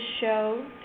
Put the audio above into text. show